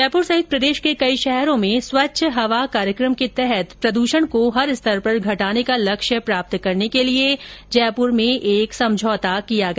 जयपुर सहित प्रदेश के कई शहरों में स्वच्छ हवा कार्यक्रम के तहत प्रदूषण को हर स्तर पर घटाने का लक्ष्य प्राप्त करने के लिए जयपुर में एक समझौता किया गया